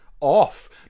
off